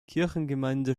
kirchengemeinde